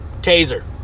taser